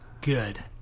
good